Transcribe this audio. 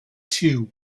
two